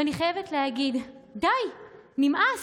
ואני חייבת להגיד: די, נמאס.